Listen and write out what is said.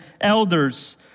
elders